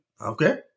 Okay